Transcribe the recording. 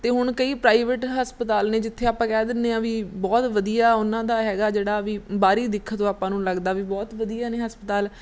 ਅਤੇ ਹੁਣ ਕਈ ਪ੍ਰਾਈਵੇਟ ਹਸਪਤਾਲ ਨੇ ਜਿੱਥੇ ਆਪਾਂ ਕਹਿ ਦਿੰਦੇ ਹਾਂ ਵੀ ਬਹੁਤ ਵਧੀਆ ਉਹਨਾਂ ਦਾ ਹੈਗਾ ਜਿਹੜਾ ਵੀ ਬਾਹਰੀ ਦਿੱਖ ਤੋਂ ਆਪਾਂ ਨੂੰ ਲੱਗਦਾ ਵੀ ਬਹੁਤ ਵਧੀਆ ਨੇ ਹਸਪਤਾਲ